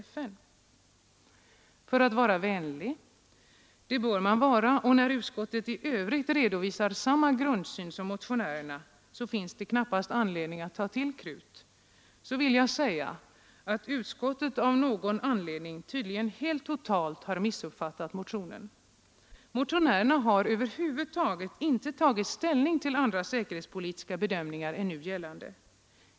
För att vara vänlig — det bör man vara, och när utskottet i övrigt redovisar samma grundsyn som motionärerna finns det knappast anledning att ta till krut — vill jag säga att utskottet av någon anledning tydligen totalt har missuppfattat motionen. Vi motionärer har över huvud inte tagit ställning till andra säkerhetspolitiska bedömningar än de nu gällande.